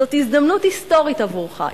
זו הזדמנות היסטורית עבורך,